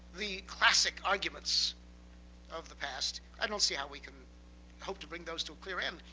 the classic arguments of the past, i don't see how we can hope to bring those to clear end.